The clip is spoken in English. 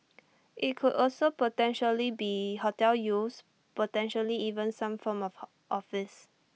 IT could also potentially be hotel use potentially even some form of office